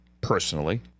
personally